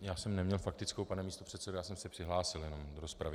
Já jsem neměl faktickou, pane místopředsedo, já jsem se přihlásil do rozpravy.